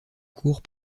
court